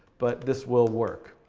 but this will work.